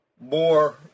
more